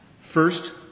First